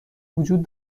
وجود